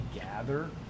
gather